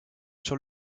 sur